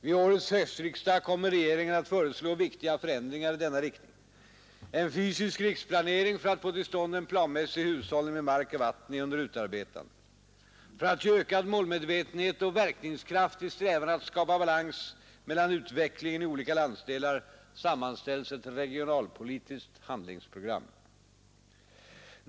Vid årets höstriksdag kommer regeringen att föreslå viktiga förändringar i denna riktning. En fysisk riksplanering för att få till stånd en planmässig hushållning med mark och vatten är under utarbetande. För att ge ökad målmedvetenhet och verkningskraft i strävan att skapa balans mellan utvecklingen i olika landsdelar sammanställs ett regionalpolitiskt handlingsprogram.